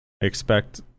expect